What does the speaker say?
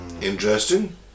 Interesting